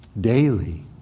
daily